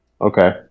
okay